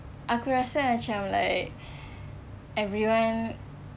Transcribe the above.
aku rasa macam like everyone